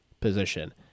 position